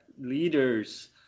leaders